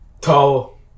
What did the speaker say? tall